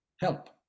help